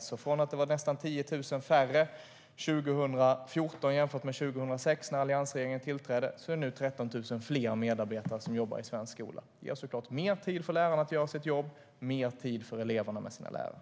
År 2014 var det nästan 10 000 färre medarbetare i svensk skola än 2006, då alliansregeringen tillträdde. Nu har det blivit 13 000 fler. Det ger såklart mer tid för lärarna att göra sitt jobb och mer tid för eleverna med deras lärare.